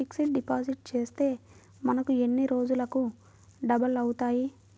Fixed deposit చేస్తే మనకు ఎన్ని రోజులకు డబల్ అవుతాయి?